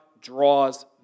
draws